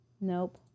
Nope